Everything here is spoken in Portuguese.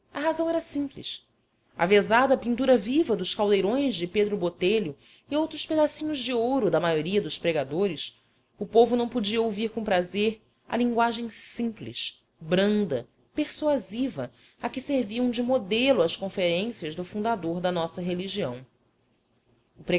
a razão era simples avezado à pintura viva dos caldeirões de pedro botelho e outros pedacinhos de ouro da maioria dos pregadores o povo não podia ouvir com prazer a linguagem simples branda persuasiva a que serviam de modelo as conferências do fundador da nossa religião